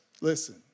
listen